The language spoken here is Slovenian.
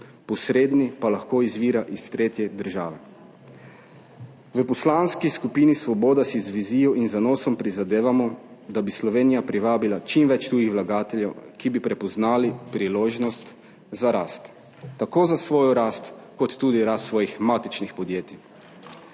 posredni pa lahko izvira iz tretje države. V Poslanski skupini Svoboda si z vizijo in zanosom prizadevamo, da bi Slovenija privabila čim več tujih vlagateljev, ki bi prepoznali priložnost za rast, tako za svojo rast kot tudi rast svojih matičnih podjetij.